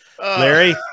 Larry